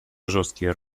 жесткие